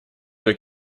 для